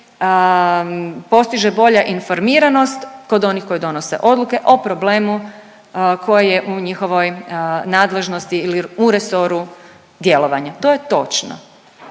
postiže bolja informiranost kod onih koji donose odluke o problemu koji je u njihovoj nadležnosti ili u resoru djelovanja. To je točno,